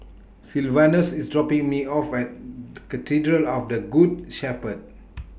Sylvanus IS dropping Me off At Cathedral of The Good Shepherd